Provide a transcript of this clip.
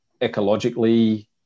ecologically